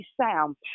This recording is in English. sound